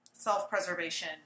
self-preservation